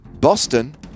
Boston